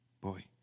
Boy